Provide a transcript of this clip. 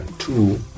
Two